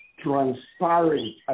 transparent